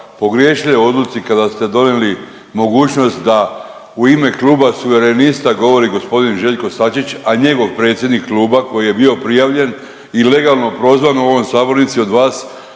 pogriješili u odluci kada ste donijeli mogućnost da u ime Kluba suverenista govori g. Željko Sačić, a njegov predsjednik kluba koji je bio prijavljen i legalno prozvan u ovoj sabornici od vas,